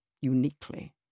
uniquely